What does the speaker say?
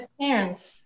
parents